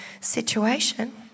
situation